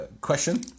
question